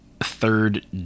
third